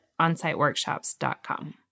onsiteworkshops.com